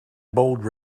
bold